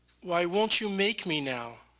why won't you make me now,